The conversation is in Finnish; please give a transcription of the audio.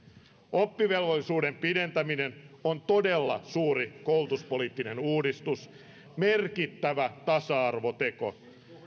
oppivelvollisuuden pidentäminen on todella suuri koulutuspoliittinen uudistus merkittävä tasa arvoteko